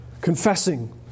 confessing